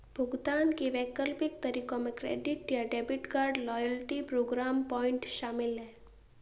भुगतान के वैकल्पिक तरीकों में क्रेडिट या debit card, loyalty programme point शामिल है